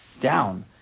down